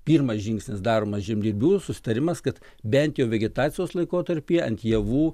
pirmas žingsnis daromas žemdirbių susitarimas kad bent jau vegetacijos laikotarpyje ant javų